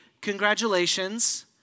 Congratulations